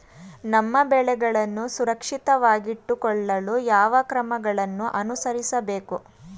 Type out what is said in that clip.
ನಮ್ಮ ಬೆಳೆಗಳನ್ನು ಸುರಕ್ಷಿತವಾಗಿಟ್ಟು ಕೊಳ್ಳಲು ಯಾವ ಕ್ರಮಗಳನ್ನು ಅನುಸರಿಸಬೇಕು?